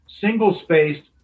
single-spaced